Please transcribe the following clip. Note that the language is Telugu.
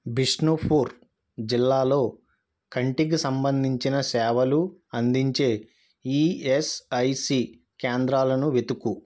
బిష్నుఫూర్ జిల్లాలో కంటికి సంబంధించిన సేవలు అందించే ఈఎస్ఐసి కేంద్రాలను వెతుకు